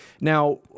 Now